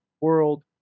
world